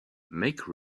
make